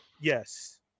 Yes